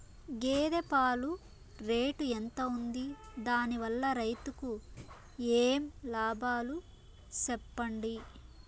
గేదె పాలు రేటు ఎంత వుంది? దాని వల్ల రైతుకు ఏమేం లాభాలు సెప్పండి?